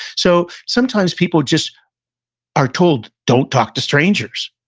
so, sometimes people just are told, don't talk to strangers,